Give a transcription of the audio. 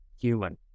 human